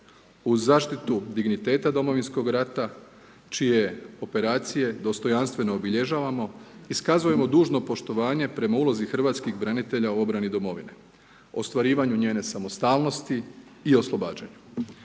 Uz zaštitu digniteta Domovinskog rata, čije operacije dostojanstveno obilježavamo, iskazujemo dužno poštovanje prema ulozi hrvatskih branitelja u obrani domovine, ostvarivanju njene samostalnosti i oslobađanja.